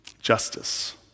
Justice